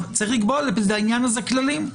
יש לקבוע בעניין זה כללים.